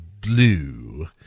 blue